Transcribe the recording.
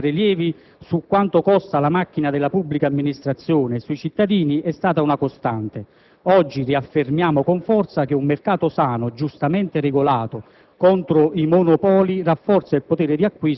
In questi anni il dibattito sulle tasse e sui prelievi, su quanto costa la macchina della pubblica amministrazione ai cittadini è stato una costante. Oggi riaffermiamo con forza che un mercato sano, giustamente regolato